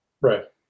Right